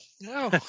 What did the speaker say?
no